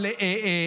ניסים.